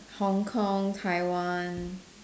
Hong-Kong Taiwan